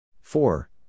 Four